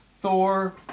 Thor